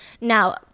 Now